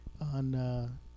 on